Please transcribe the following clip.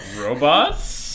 Robots